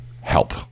help